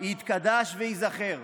יתקדש וייזכר,